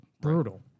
Brutal